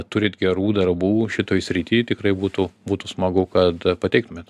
turit gerų darbų šitoj srity tikrai būtų būtų smagu kad pateiktumėt